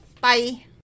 bye